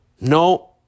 No